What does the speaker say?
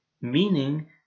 meaning